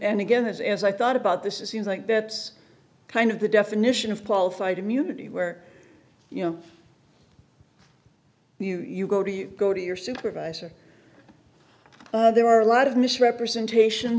again as i thought about this is seems like that's kind of the definition of qualified immunity where you know you go to you go to your supervisor there are a lot of misrepresentation